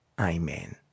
Amen